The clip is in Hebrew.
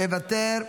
מוותר,